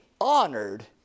honored